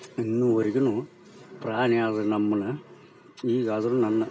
ಇನ್ನೂವರೆಗೂ ಪ್ರಾಣಿಯಾದ ನಮ್ಮನ್ನ ಈಗಾದ್ರೂ ನನ್ನ